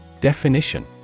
Definition